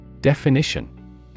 Definition